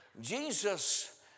Jesus